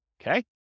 Okay